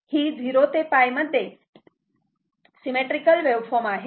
ही 0 ते π मध्ये symmetrical waveform आहे